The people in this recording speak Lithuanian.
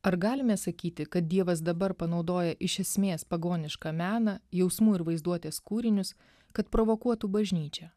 ar galime sakyti kad dievas dabar panaudoja iš esmės pagonišką meną jausmų ir vaizduotės kūrinius kad provokuotų bažnyčią